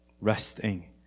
Resting